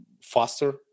faster